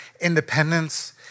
independence